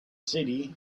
city